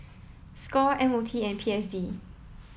Score M O T and P S D